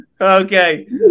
Okay